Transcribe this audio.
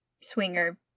swinger